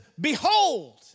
Behold